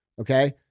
Okay